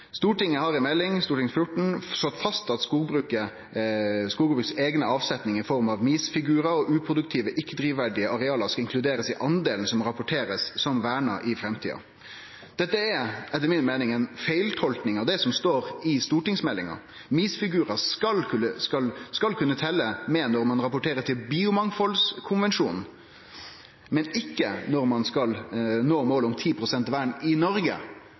14 slått fast at skogbrukets egne avsetninger i form av MiS-figurer og uproduktive, ikke-drivverdige arealer skal inkluderes i andelen som rapporteres som vernet i fremtiden.» Dette er etter mi meining ei feiltolking av det som står i stortingsmeldinga. MiS-figurar skal kunne telje med når ein rapporterer til Biomangfaldkonvensjonen, men ikkje når ein skal nå målet om 10 pst. vern i Noreg.